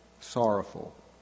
sorrowful